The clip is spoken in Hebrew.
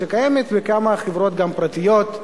שקיימת גם בכמה חברות פרטיות.